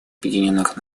объединенных